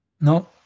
No